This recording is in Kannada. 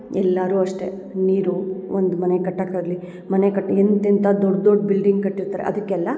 ಎಲ್ಲಾರು ಅಷ್ಟೇ ನೀರು ಒಂದು ಮನೆ ಕಟ್ಟಕ್ಕಾಗಲಿ ಮನೆ ಕಟ್ಟಿ ಎಂತೆಂಥ ದೊಡ್ಡ ದೊಡ್ಡ ಬಿಲ್ಡಿಂಗ್ ಕಟ್ಟಿರ್ತಾರೆ ಅದಕ್ಕೆಲ್ಲ